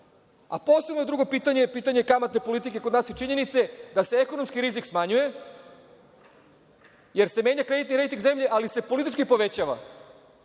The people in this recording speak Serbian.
Posebno drugo pitanje je pitanje kamatne politike i činjenice da se ekonomski rizik smanjuje jer se menja kreditni rejting zemlje, ali se politički povećava. Između